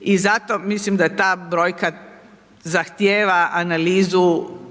I zato mislim da ta brojka zahtjeva analizu,